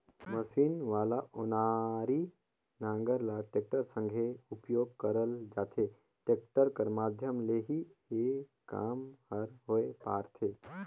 machine वाला ओनारी नांगर ल टेक्टर संघे उपियोग करल जाथे, टेक्टर कर माध्यम ले ही ए काम हर होए पारथे